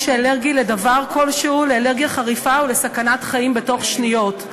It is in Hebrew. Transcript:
שאלרגי לדבר כלשהו לאלרגיה חריפה ולסכנת חיים בתוך שניות.